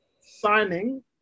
signing